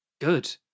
good